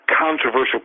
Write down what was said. controversial